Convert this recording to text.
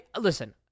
Listen